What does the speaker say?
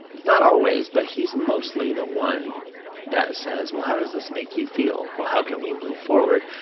not always, but he's mostly the one that says, well, how does this make you feel, well, how can we move forward,